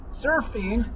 surfing